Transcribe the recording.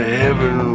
heaven